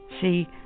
see